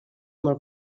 molt